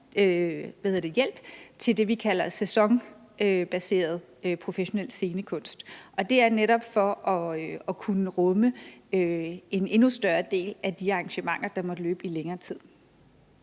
til det, vi kalder sæsonbaseret professionel scenekunst. Det er netop for at kunne rumme en endnu større del af de arrangementer, der måtte løbe over længere tid.